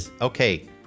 Okay